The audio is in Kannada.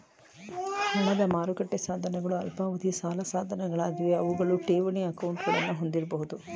ಹಣದ ಮಾರುಕಟ್ಟೆ ಸಾಧನಗಳು ಅಲ್ಪಾವಧಿಯ ಸಾಲ ಸಾಧನಗಳಾಗಿವೆ ಅವುಗಳು ಠೇವಣಿ ಅಕೌಂಟ್ಗಳನ್ನ ಹೊಂದಿರಬಹುದು